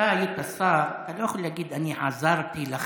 כשאתה היית שר, אתה לא יכול להגיד: אני עזרתי לכם.